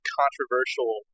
controversial